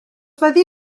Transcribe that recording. fyddi